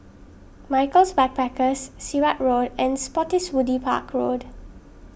Michaels Backpackers Sirat Road and Spottiswoode Park Road